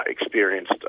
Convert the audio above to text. experienced